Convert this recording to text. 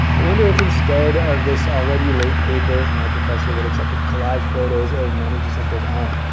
i wonder if, instead of this already late paper, my professor would accept a collage photos of manny jacinto's arms.